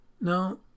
Now